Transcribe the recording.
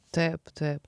taip taip